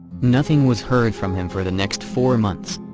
nothing was heard from him for the next four months.